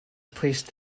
placed